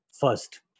first